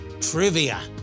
trivia